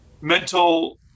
mental